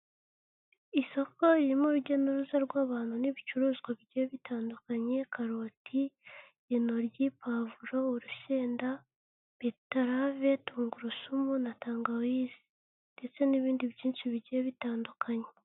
Isoko ririmo urujya n'uruza rw'abantu n'ibicuruzwa bigiye bitandukanye, karoti, intoryi, pavuro, urusenda, beterave, tungurusumu na tangawizi ndetse n'ibindi byinshi bigiye bitandukanye.